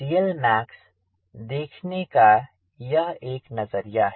CLmax देखने का यह एक नज़रिया है